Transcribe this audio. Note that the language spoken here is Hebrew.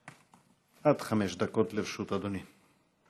עד חמש דקות לרשות אדוני.